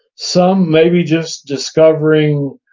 some maybe just discovering